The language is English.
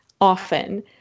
often